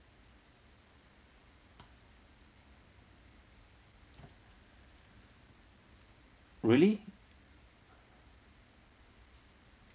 really